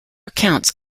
accounts